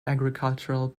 agricultural